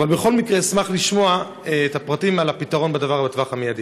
אבל בכל מקרה אשמח לשמוע את הפרטים על הפתרון לדבר לטווח המיידי.